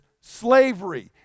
slavery